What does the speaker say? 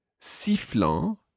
sifflant